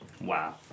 wow